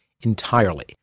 entirely